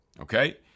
Okay